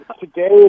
Today